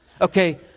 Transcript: okay